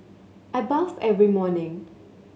I bathe every morning